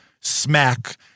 smack